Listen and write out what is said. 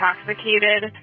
intoxicated